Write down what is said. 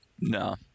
No